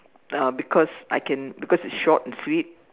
uh because I can because it's short and sweet